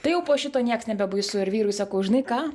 tai jau po šito nieks nebebaisu ir vyrui sakau žinai ką